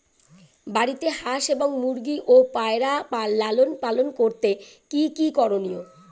বাড়িতে হাঁস এবং মুরগি ও পায়রা লালন পালন করতে কী কী করণীয়?